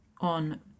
on